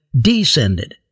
descended